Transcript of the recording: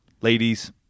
Ladies